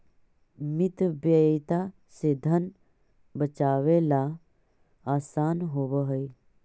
मितव्ययिता से धन बचावेला असान होवऽ हई